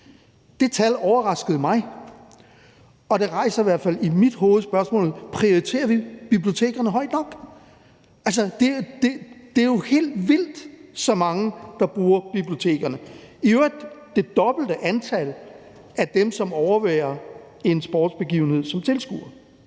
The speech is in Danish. Det tal overraskede mig, og det rejser i hvert fald i mit hoved spørgsmålet: Prioriterer vi bibliotekerne højt nok? Altså, det er jo helt vildt, hvor mange der bruger bibliotekerne. Det er i øvrigt det dobbelte antal af dem, som overværer en sportsbegivenhed som tilskuer.